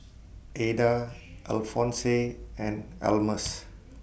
Adah Alphonse and Almus